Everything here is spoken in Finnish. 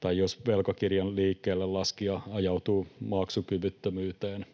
tai jos velkakirjan liikkeellelaskija ajautuu maksukyvyttömyyteen.